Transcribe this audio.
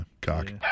cock